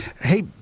Hey